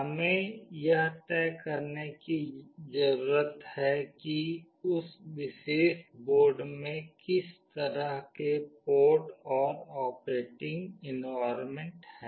हमें यह तय करने की जरूरत है कि उस विशेष बोर्ड में किस तरह के पोर्ट और ऑपरेटिंग एनवायरनमेंट हैं